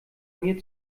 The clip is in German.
mir